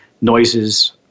noises